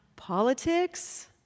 Politics